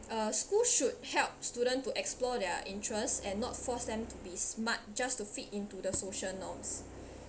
uh school should help student to explore their interests and not force them to be smart just to fit into the social norms